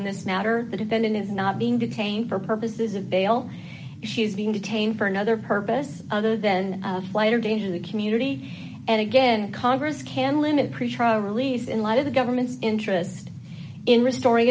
in this matter the defendant is not being detained for purposes of bail she's being detained for another purpose other than lighter danger to the community and again congress can limit pretrial release in light of the government's interest in restoring